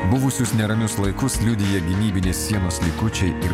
buvusius neramius laikus liudija gynybinės sienos likučiai ir